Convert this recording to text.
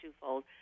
twofold